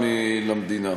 תרומתם למדינה.